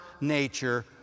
nature